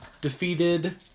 defeated